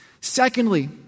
Secondly